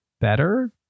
better